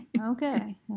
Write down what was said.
okay